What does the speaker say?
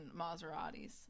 Maseratis